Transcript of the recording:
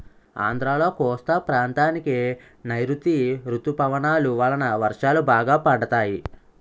ఆంధ్రాలో కోస్తా ప్రాంతానికి నైరుతీ ఋతుపవనాలు వలన వర్షాలు బాగా పడతాయి